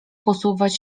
posuwać